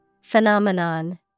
Phenomenon